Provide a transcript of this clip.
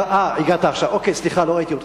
הגעת עכשיו, סליחה, לא ראיתי אותך.